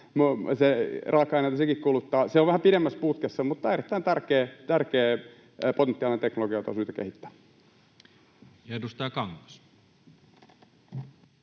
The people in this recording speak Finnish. raaka-aineita sekin kuluttaa. Se on vähän pidemmässä putkessa mutta erittäin tärkeä potentiaalinen teknologia, jota on syytä kehittää. [Speech 82]